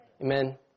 Amen